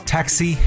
Taxi